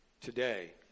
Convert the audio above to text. today